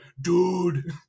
dude